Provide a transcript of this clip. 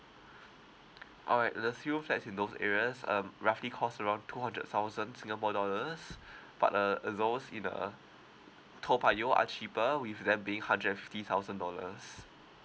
all right the three room flats in those areas um roughly cost around two hundred thousand singapore dollars but uh those in uh toa payoh are cheaper with them being hundred and fifty thousand dollars